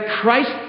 Christ